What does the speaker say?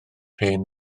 hen